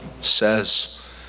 says